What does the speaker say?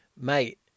Mate